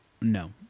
no